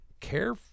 care